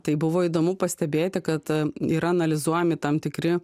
tai buvo įdomu pastebėti kad a yra analizuojami tam tikri